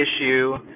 issue